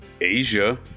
Asia